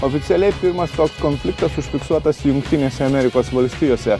oficialiai pirmas toks konfliktas užfiksuotas jungtinėse amerikos valstijose